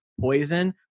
poison